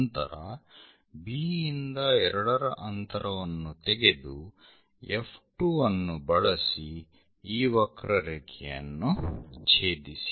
ನಂತರ B ಇಂದ 2 ರ ಅಂತರವನ್ನು ತೆಗೆದು F2 ಅನ್ನು ಬಳಸಿ ಈ ವಕ್ರರೇಖೆಯನ್ನು ಛೇದಿಸಿ